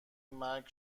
مرگ